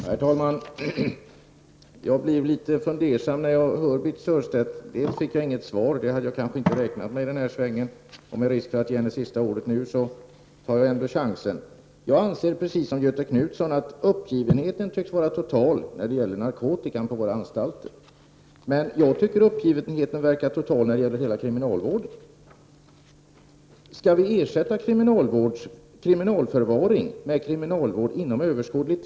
Herr talman! Jag blev litet fundersam när jag senast lyssnade till Birthe Sörestedt. Jag fick inget svar på mina frågor, vilket jag inte heller hade räknat med i denna sväng. Med risk för att ge henne sista ordet tar jag ändå chansen att säga ett par saker. Jag anser i likhet med Göthe Knutson att uppgivenheten tycks vara total när det gäller att komma till rätta med narkotikaproblemet på våra anstalter. Jag tycker dessutom att uppgivenheten verkar vara total vad gäller hela kriminalvården. Skall vi inom överskådlig tid ersätta förvaring med kriminalvård, Birthe Sörestedt?